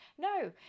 No